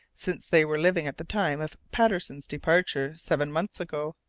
since they were living at the time of patterson's departure, seven months ago,